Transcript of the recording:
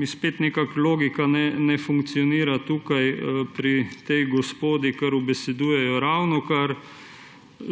mi spet nekako logika ne funkcionira tukaj pri tej gospodi, kar ubesedujejo ravnokar.